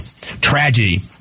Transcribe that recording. tragedy